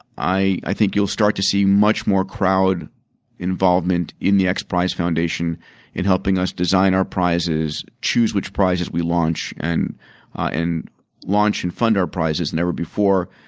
i i think you'll start to see much more crown crown involvement in the x prize foundation in helping us design our prizes, choose which prizes we launch, and and launch and fund our prizes than ever before.